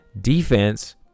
defense